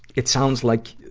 it sounds like,